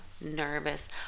nervous